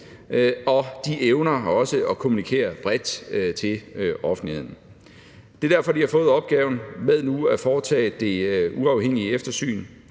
og de evner også at kommunikere bredt til offentligheden. Det er derfor, de har fået opgaven med nu at foretage det uafhængige eftersyn.